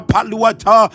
Paluata